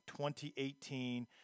2018